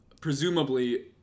presumably